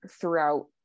throughout